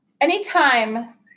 Anytime